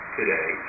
today